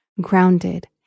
grounded